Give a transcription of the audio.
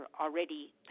already